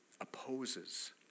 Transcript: opposes